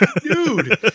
dude